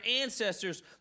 ancestors